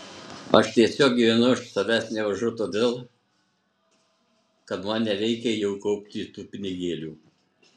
aš tiesiog gyvenu aš savęs nevaržau todėl kad man nereikia jau kaupti tų pinigėlių